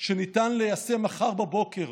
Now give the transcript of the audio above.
שניתן ליישם מחר בבוקר